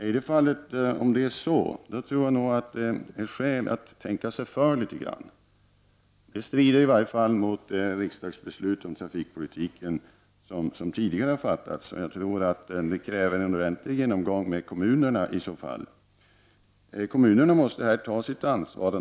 Om detta är fallet tror jag att det finns skäl att tänka sig för litet grand. Det strider i varje fall mot de riksdagsbeslut om trafikpolitiken som tidigare har fattats. Det kräver i så fall en ordentlig genomgång med kommunerna. Kommunerna måste ta sitt ansvar.